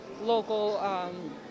local